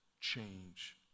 change